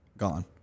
gone